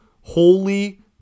Holy